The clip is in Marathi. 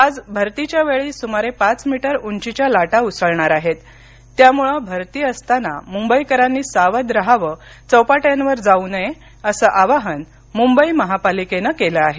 आज भरतीच्या वेळी सुमारे पाच मीटर उंचीच्या लाटा उसळणार आहेत त्यामुळे भरती असताना मुंबईकरांनी सावध रहावं चौपाट्यांवर जाऊ नये असे आवाहन मुंबई महापालिकेनं केलं आहे